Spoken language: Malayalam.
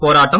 പോരാട്ടം